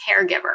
caregiver